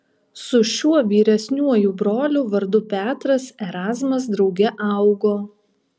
su šiuo vyresniuoju broliu vardu petras erazmas drauge augo